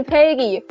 Peggy